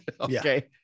Okay